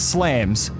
Slams